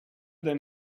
than